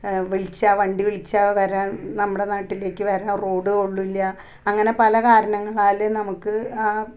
വിളിച്ചാൽ വണ്ടി വിളിച്ചാൽ വരാൻ നമ്മുടെ നാട്ടിലേക്ക് വരാൻ റോഡ് കൊള്ളില്ല അങ്ങനെ പല കാരണങ്ങളാല് നമുക്ക് ആ